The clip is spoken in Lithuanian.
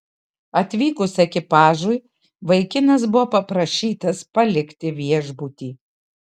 atvykus ekipažui vaikinas buvo paprašytas palikti viešbutį